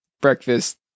breakfast